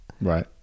right